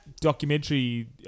documentary